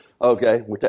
Okay